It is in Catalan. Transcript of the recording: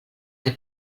que